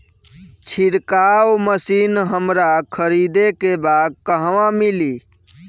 छिरकाव मशिन हमरा खरीदे के बा कहवा मिली?